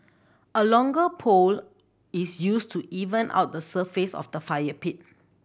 a longer pole is used to even out the surface of the fire pit